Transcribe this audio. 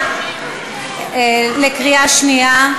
להצבעה בקריאה שנייה.